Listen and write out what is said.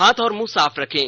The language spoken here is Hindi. हाथ और मुंह साफ रखें